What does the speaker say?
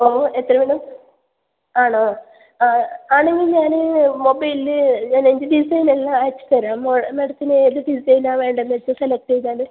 ഓ എത്ര വേണം ആണോ ആ ആണെങ്കിൽ ഞാൻ മൊബൈലിൽ ഞാൻ എൻ്റെ ഡിസൈൻ എല്ലാം അയച്ച് തരാം മേഡത്തിന് ഏത് ഡിസൈൻ ആണ് വേണ്ടതെന്ന് വെച്ചാൽ സെലക്റ്റ് ചെയ്താൽ